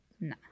No